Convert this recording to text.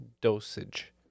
dosage